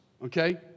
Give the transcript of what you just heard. Okay